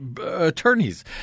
attorneys